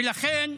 ולכן,